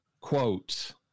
Quotes